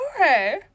Okay